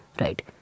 Right